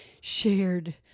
shared